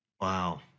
Wow